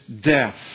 death